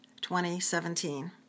2017